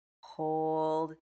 hold